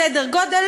סדר גודל,